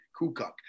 Kukuk